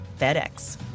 FedEx